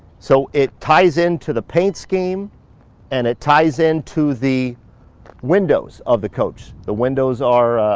so, it ties in to the paint scheme and it ties in to the windows of the coach. the windows are,